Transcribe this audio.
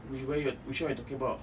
wait where you which one you talking about